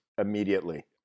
immediately